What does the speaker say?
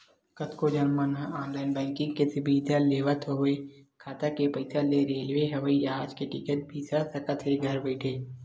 कतको झन मन ह ऑनलाईन बैंकिंग के सुबिधा लेवत होय खाता के पइसा ले रेलवे, हवई जहाज के टिकट बिसा सकत हे घर बइठे